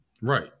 Right